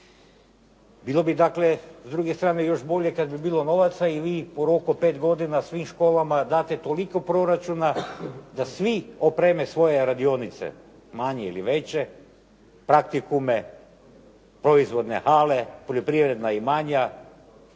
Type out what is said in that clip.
Bilo bi dakle, s druge strane još bolje kada bi bilo novaca i vi ih i u roku od 5 godina svim školama date toliko proračuna da svi opreme svoje radionice, manje ili veće, praktikume, proizvodne hale, poljoprivredna imanja,